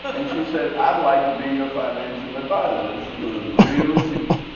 but and she said, i'd like to be your financial advisor. and she was really cute.